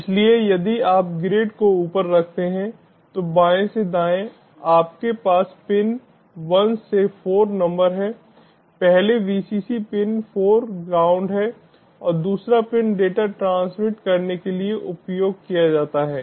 इसलिए यदि आप ग्रिड को ऊपर रखते हैं तो बाएं से दाएं आपके पास पिन 1 से 4 नंबर है पहले Vcc पिन 4 ग्राउंड है और दूसरा पिन डेटा ट्रांसमिट करने के लिए उपयोग किया जाता है